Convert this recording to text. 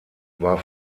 war